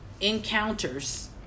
encounters